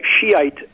Shiite